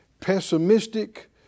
pessimistic